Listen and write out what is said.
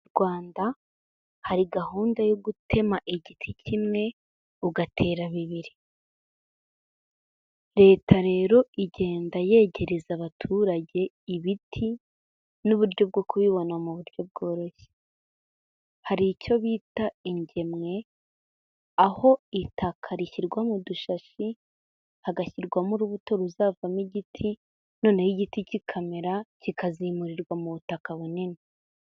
Mu Rwanda, hari gahunda yo gutema igiti kimwe ugatera bibiri, leta rero igenda yegereza abaturage ibiti n'uburyo bwo kubibona mu buryo bworoshye, hari icyo bita ingemwe, aho itaka rishyirwa mu dushashi, hagashyirwamo urubuto ruzavamo igiti, noneho igiti kikamera kikazimurirwa mu butaka bunini.